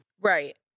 Right